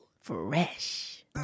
Fresh